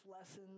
lessons